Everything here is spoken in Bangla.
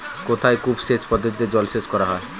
কোথায় কূপ সেচ পদ্ধতিতে জলসেচ করা হয়?